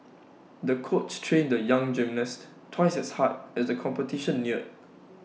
the coach trained the young gymnast twice as hard as the competition neared